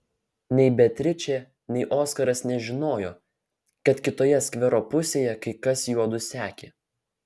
nei beatričė nei oskaras nežinojo kad kitoje skvero pusėje kai kas juodu sekė